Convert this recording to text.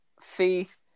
faith